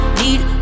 need